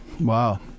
Wow